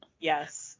Yes